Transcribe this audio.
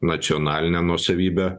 nacionalinę nuosavybę